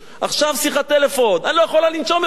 עכשיו שיחת טלפון: אני לא יכולה לנשום יותר,